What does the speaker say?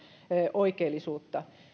oikeellisuutta